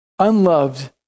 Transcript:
Unloved